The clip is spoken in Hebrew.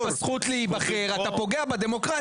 יש זכות להיבחר וכשאתה פוגע בזכות להיבחר אתה פוגע בדמוקרטיה.